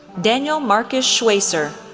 daniel marcos schwaycer,